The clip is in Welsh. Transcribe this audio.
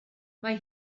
mae